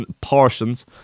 portions